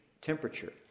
temperature